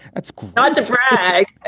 that's not to brag.